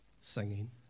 singing